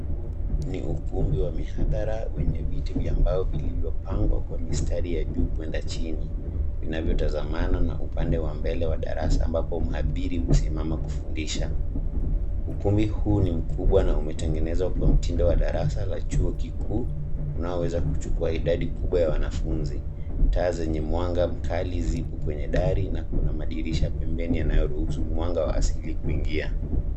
Huu ni ukumbi wa mihadhara wenye viiti vyambao vilivyopangwa kwa mistari ya juu kwenda chini, vinavyotazamana na upande wa mbele wa darasa ambapo mhadhiri husimama kufundisha. Ukumbi huu ni mkubwa na umetengenezwa kwa mtindo wa darasa la chuo kikuu unaoweza kuchukua idadi kubwa ya wanafunzi. Taa zenye mwanga mkali zipo kwenye dari na kuna madirisha pembeni yanayoruhusu mwanga wa asili kuingia.